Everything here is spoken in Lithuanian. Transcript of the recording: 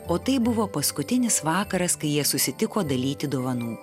o tai buvo paskutinis vakaras kai jie susitiko dalyti dovanų